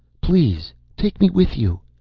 please take me with you!